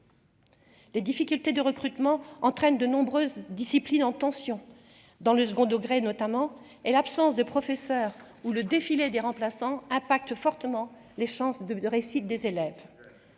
les difficultés de recrutement entraînent de nombreuses disciplines en tension dans le second degré, notamment et l'absence de professeurs ou le défilé des remplaçants impacte fortement les chances de réussite des élèves